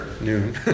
noon